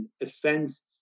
offense